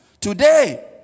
Today